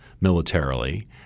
militarily